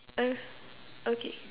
uh okay